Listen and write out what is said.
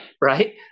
right